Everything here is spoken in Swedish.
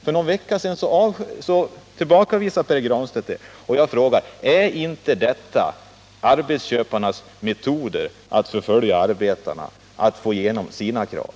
För någon vecka sedan tillbakavisade Pär Granstedt det förslaget. Men jag frågar: Är inte detta arbetsköparnas metod att förfölja arbetarna när de vill få igenom sina krav?